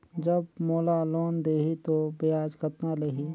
जब मोला लोन देही तो ब्याज कतना लेही?